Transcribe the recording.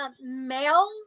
Male